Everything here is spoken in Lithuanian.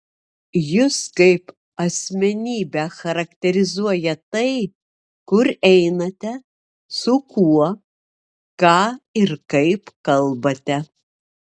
jus kaip asmenybę charakterizuoja tai kur einate su kuo ką ir kaip kalbate